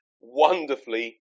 Wonderfully